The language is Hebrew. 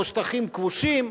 או שטחים כבושים?